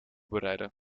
bereiden